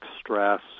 stress